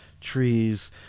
trees